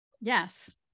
Yes